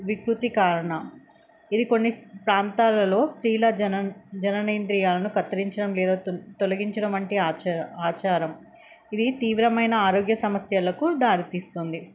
వికృతి కారణం ఇది కొన్ని ప్రాంతాలలో స్త్రీల జననేంద్రియాలను కత్తిరించడం లేదా తొలగించడం వంటి ఆచారం ఇది తీవ్రమైన ఆరోగ్య సమస్యలకు దారితీస్తుంది